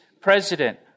president